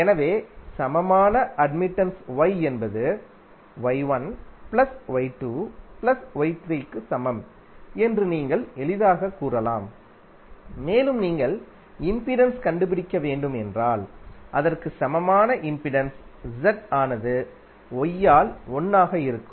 எனவே சமமான admittance Y என்பது Y1 plus Y2 plus Y3 க்கு சமம் என்று நீங்கள் எளிதாகக் கூறலாம் மேலும் நீங்கள் இம்பிடன்ஸ் கண்டுபிடிக்க வேண்டும் என்றால் அதற்கு சமமான இம்பிடன்ஸ் Z ஆனது Y ஆல் 1 ஆக இருக்கும்